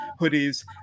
hoodies